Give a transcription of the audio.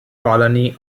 colony